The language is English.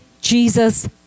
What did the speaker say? Jesus